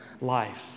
life